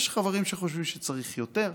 יש חברים שחושבים שצריך יותר.